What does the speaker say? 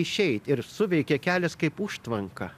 išeit ir suveikė kelias kaip užtvanka